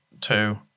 two